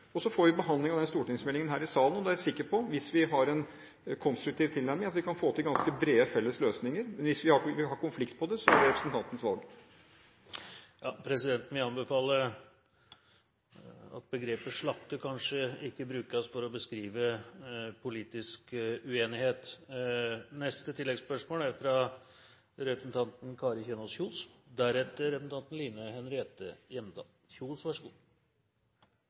Så får vi behandling av den stortingsmeldingen her i salen, og da er jeg sikker på, hvis vi har en konstruktiv tilnærming, at vi kan få til ganske brede felles løsninger, men hvis vi vil ha konflikt om det, er det representantens valg. Presidenten vil anbefale at begrepet «slakte» ikke brukes for å beskrive politisk uenighet.